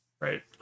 right